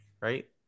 Right